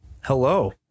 Hello